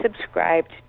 subscribed